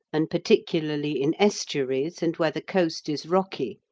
and particularly in estuaries and where the coast is rocky,